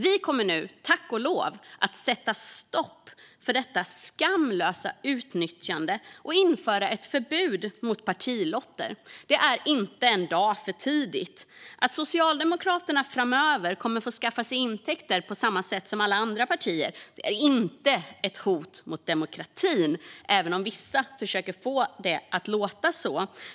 Vi kommer nu, tack och lov, att sätta stopp för detta skamlösa utnyttjande och införa ett förbud mot partilotter. Det är inte en dag för tidigt. Att Socialdemokraterna framöver kommer att få skaffa sig intäkter på samma sätt som alla andra partier är inte ett hot mot demokratin, även om vissa försöker få det att låta så.